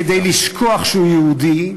כדי לשכוח שהוא יהודי.